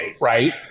right